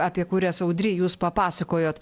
apie kurias audry jūs papasakojot